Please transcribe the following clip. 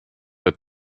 der